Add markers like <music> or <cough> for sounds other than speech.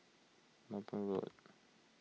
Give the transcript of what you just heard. <unintelligible> Road